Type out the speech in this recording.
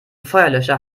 feuerlöscher